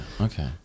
Okay